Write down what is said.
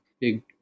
big